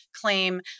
claim